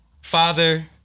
father